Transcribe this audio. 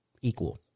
equal